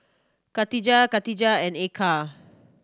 Khadija Katijah and Eka